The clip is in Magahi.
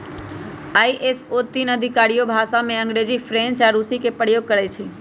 आई.एस.ओ तीन आधिकारिक भाषामें अंग्रेजी, फ्रेंच आऽ रूसी के प्रयोग करइ छै